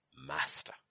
master